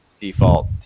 default